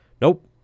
nope